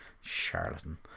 Charlatan